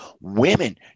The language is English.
Women